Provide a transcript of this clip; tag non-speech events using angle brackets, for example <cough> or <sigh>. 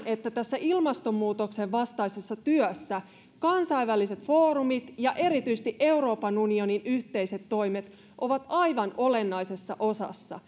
että tässä ilmastonmuutoksen vastaisessa työssä kansainväliset foorumit ja erityisesti euroopan unionin yhteiset toimet ovat aivan olennaisessa osassa <unintelligible>